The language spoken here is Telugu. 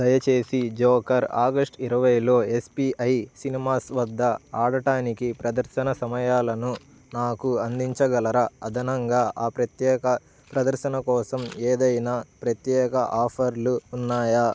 దయచేసి జోకర్ ఆగస్టు ఇరవైలో ఎస్పిఐ సినిమాస్ వద్ద ఆడటానికి ప్రదర్శన సమయాలను నాకు అందించగలరా అదనంగా ఆ ప్రత్యేక ప్రదర్శన కోసం ఏదైనా ప్రత్యేక ఆఫర్లు ఉన్నాయా